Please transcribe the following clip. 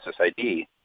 SSID